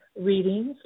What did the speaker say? readings